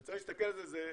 צריך להסתכל על זה,